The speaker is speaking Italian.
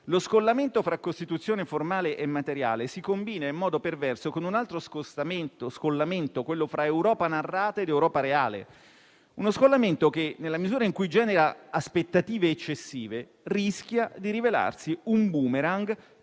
Lo scollamento fra Costituzione formale e materiale si combina in modo perverso con un altro scollamento, quello fra Europa narrata ed Europa reale, che, nella misura in cui genera aspettative eccessive, rischia di rivelarsi un *boomerang*